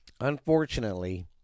Unfortunately